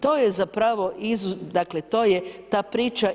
To je zapravo, dakle to je ta priča.